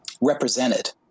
represented